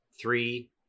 three